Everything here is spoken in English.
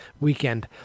weekend